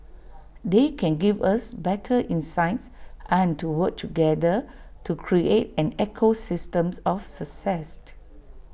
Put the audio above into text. they can give us better insights and to work together to create an ecosystems of success